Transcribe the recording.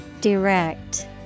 Direct